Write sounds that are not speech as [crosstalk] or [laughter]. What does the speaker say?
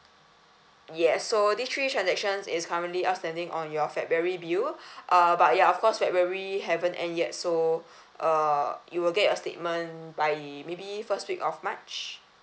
yes so this three transactions is currently outstanding on your february bill [breath] uh but ya of course february haven't end yet so uh you will get your statement by maybe first week of march